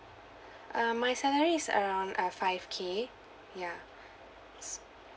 uh my salary is around uh five K ya